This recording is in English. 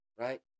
Right